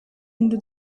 into